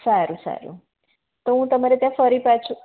સારું સારું તો હું તમારે ત્યાં ફરી પાછું